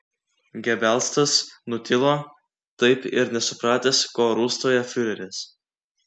gebelsas nutilo taip ir nesupratęs ko rūstauja fiureris